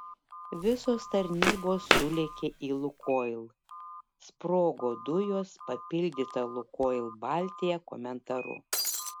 visos tarnybos sulėkė į lukoil sprogo dujos papildyta lukoil baltija komentaru